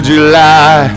July